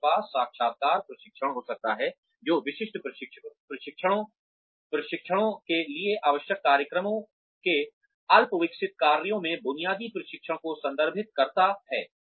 हमारे पास साक्षरता प्रशिक्षण हो सकता है जो विशिष्ट प्रशिक्षणों के लिए आवश्यक कार्यक्रमों के अल्पविकसित कार्यों में बुनियादी प्रशिक्षण को संदर्भित करता है